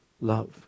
love